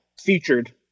featured